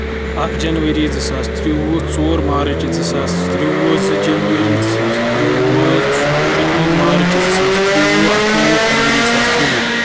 اَکھ جنؤری زٕ ساس ترٛووُہ ژور مارٕچ زٕ ساس ترٛووُہ زٕ جنؤری زٕ ساس ترٛووُہ شَتوُہ مارٕچ زٕ ساس ترٛووُہ اَٹھووُہ فرؤری زٕ ساس ترٛووُہ